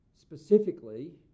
Specifically